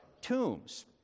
tombs